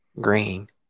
green